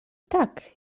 tak